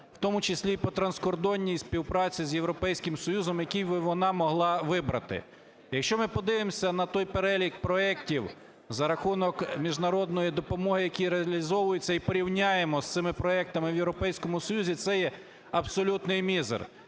в тому числі і по транскордонній співпраці з Європейським Союзом, який би вона могла вибрати. Якщо ми подивимось на той перелік проектів, за рахунок міжнародної допомоги який реалізовується і порівняємо з цими проектами в Європейському Союзі, це є абсолютний мізер.